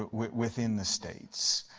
ah within the states?